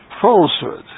Falsehood